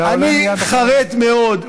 אני חרד מאוד,